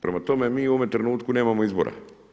Prema tome, mi u ovom trenutku nemamo izbora.